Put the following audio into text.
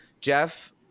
Jeff